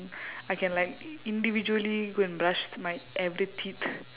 I can like individually go and brush my every teeth